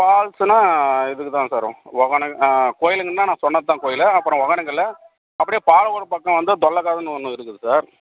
ஃபால்ஸுன்னால் இதுக்குதான் சார் வரும் ஒகேனக் ஆ கோயிலுக்குன்னால் நான் சொன்னதுதான் கோயில் அப்புறம் ஒக்கேனக்கல் அப்படியே பாலக்கோடு பக்கம் வந்து தொல்லைக்காதுன்னு ஒன்று இருக்குது சார்